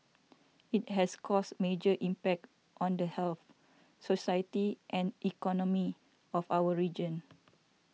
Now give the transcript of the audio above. it has caused major impact on the health society and economy of our region